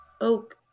oak